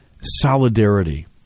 solidarity